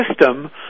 system